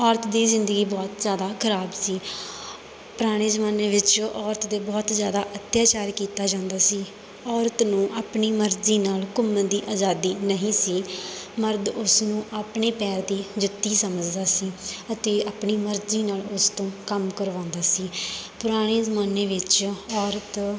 ਔਰਤ ਦੀ ਜ਼ਿੰਦਗੀ ਬਹੁਤ ਜ਼ਿਆਦਾ ਖ਼ਰਾਬ ਸੀ ਪੁਰਾਣੇ ਜ਼ਮਾਨੇ ਵਿੱਚ ਔਰਤ 'ਤੇ ਬਹੁਤ ਜ਼ਿਆਦਾ ਅੱਤਿਆਚਾਰ ਕੀਤਾ ਜਾਂਦਾ ਸੀ ਔਰਤ ਨੂੰ ਆਪਣੀ ਮਰਜ਼ੀ ਨਾਲ ਘੁੰਮਣ ਦੀ ਆਜ਼ਾਦੀ ਨਹੀਂ ਸੀ ਮਰਦ ਉਸ ਨੂੰ ਆਪਣੇ ਪੈਰ ਦੀ ਜੁੱਤੀ ਸਮਝਦਾ ਸੀ ਅਤੇ ਆਪਣੀ ਮਰਜ਼ੀ ਨਾਲ ਉਸ ਤੋਂ ਕੰਮ ਕਰਵਾਉਂਦਾ ਸੀ ਪੁਰਾਣੇ ਜ਼ਮਾਨੇ ਵਿੱਚ ਔਰਤ